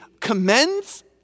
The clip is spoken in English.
commends